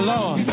Lord